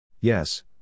Yes